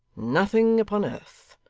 nothing upon earth.